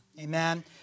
amen